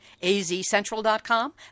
AZCentral.com